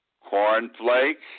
cornflakes